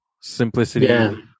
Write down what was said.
simplicity